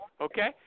okay